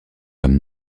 comme